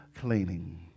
Cleaning